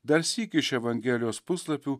dar sykį iš evangelijos puslapių